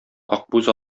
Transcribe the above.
акбүз